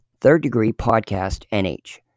thirddegreepodcastnh